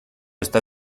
está